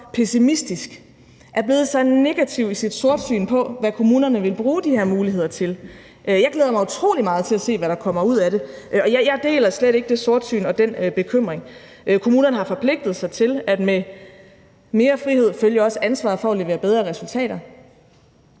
pessimistisk og er blevet så negativ med et sortsyn på, hvad kommunerne vil bruge de her muligheder til. Jeg glæder mig utrolig meget til at se, hvad der kommer ud af det, og jeg deler slet ikke det sortsyn og den bekymring. Kommunerne har forpligtet sig til, at med mere frihed følger også ansvaret for at levere bedre resultater.